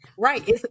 Right